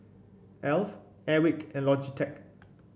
Alf Airwick and Logitech